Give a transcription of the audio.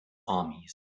armies